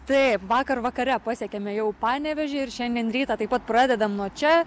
taip vakar vakare pasiekėme jau panevėžį ir šiandien rytą taip pat pradedam nuo čia